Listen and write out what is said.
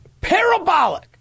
parabolic